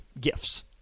gifts